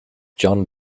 jon